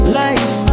life